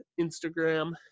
instagram